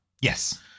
Yes